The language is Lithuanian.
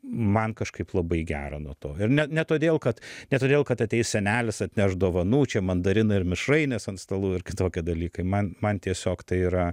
man kažkaip labai gera nuo to ir ne ne todėl kad ne todėl kad ateis senelis atneš dovanų čia mandarinai ir mišrainės ant stalų ir kitokie dalykai man man tiesiog tai yra